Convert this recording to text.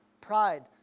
Pride